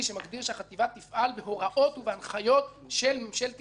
שהחטיבה תפעל בהוראות ובהנחיות של ממשלת ישראל.